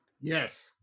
Yes